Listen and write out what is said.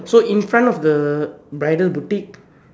so in front of the bridal boutique